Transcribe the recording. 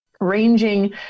ranging